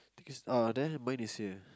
because uh there mine is here